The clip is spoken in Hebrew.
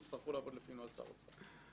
יצטרכו לעבוד לפי נוהל שר אוצר?